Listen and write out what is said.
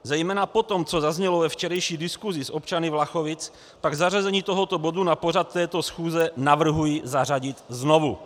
Zejména po tom, co zaznělo ve včerejší diskusi s občany Vlachovic, pak zařazení tohoto bodu na pořad této schůze navrhuji znovu.